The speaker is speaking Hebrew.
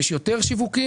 כי יש יותר שיווקים,